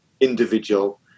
individual